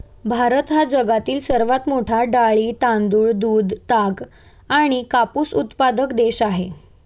भारत हा जगातील सर्वात मोठा डाळी, तांदूळ, दूध, ताग आणि कापूस उत्पादक देश आहे